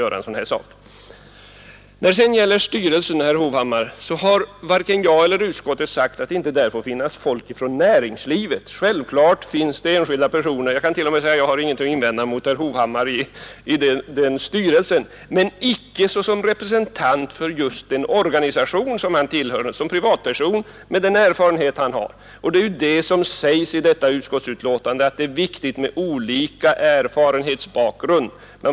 Vad beträffar konsumentverkets styrelse har varken jag eller utskottet sagt att det inte får finnas folk från näringslivet där. Självfallet skall det finnas enskilda sådana representanter. Jag har inte ens någonting att invända mot att herr Hovhammar skulle vara med i styrelsen, men icke som representant för den organisation han tillhör utan som privatperson med den erfarenhet han har. Det är ju det som sägs i betänkandet, att det är viktigt med olika erfarenhetsbakgrund.